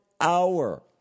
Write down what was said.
hour